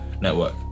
network